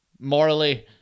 morally